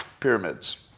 Pyramids